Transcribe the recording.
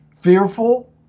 fearful